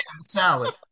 salad